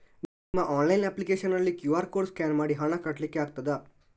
ನಿಮ್ಮ online application ನಲ್ಲಿ QR code scan ಮಾಡಿ ಹಣ ಕಟ್ಲಿಕೆ ಆಗ್ತದ?